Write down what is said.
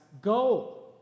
go